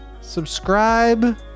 subscribe